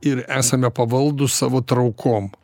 ir esame pavaldūs savo traukom